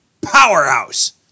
powerhouse